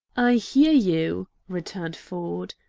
i hear you! returned ford.